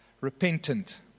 repentant